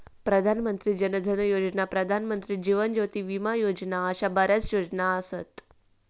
प्रधान मंत्री जन धन योजना, प्रधानमंत्री जीवन ज्योती विमा योजना अशा बऱ्याच योजना असत